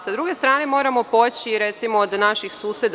Sa druge strane, moramo poći, recimo, od naših suseda.